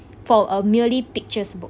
for a merely pictures book